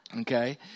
Okay